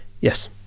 Yes